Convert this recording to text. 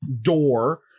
door